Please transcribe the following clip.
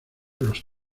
los